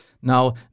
Now